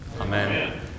amen